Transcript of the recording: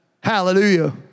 Hallelujah